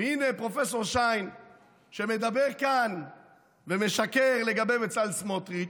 והינה פרופ' שיין מדבר כאן ומשקר לגבי בצלאל סמוטריץ',